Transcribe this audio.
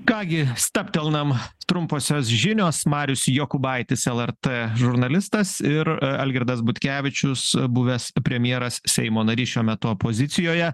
ką gi stabtelnam trumposios žinios marius jokūbaitis lrt žurnalistas ir algirdas butkevičius buvęs premjeras seimo narys šiuo metu opozicijoje